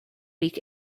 week